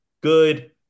good